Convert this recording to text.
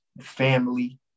family